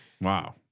Wow